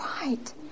right